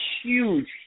huge